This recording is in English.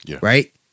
right